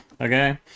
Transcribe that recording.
Okay